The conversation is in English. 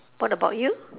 what about you